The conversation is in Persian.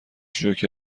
جوکر